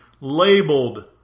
labeled